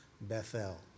Bethel